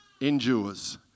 endures